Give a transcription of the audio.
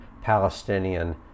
Palestinian